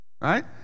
Right